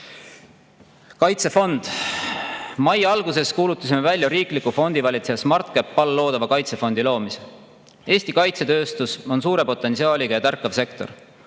Kaitsefond. Mai alguses kuulutasime välja riikliku fondivalitseja SmartCap all loodava kaitsefondi loomise. Eesti kaitsetööstus on suure potentsiaaliga ja tärkav sektor.